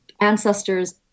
ancestors